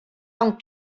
amb